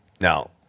now